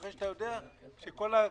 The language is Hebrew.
אחרי שאתה יודע שכל הקריטריונים,